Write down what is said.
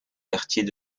quartiers